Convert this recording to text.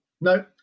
no